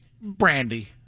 Brandy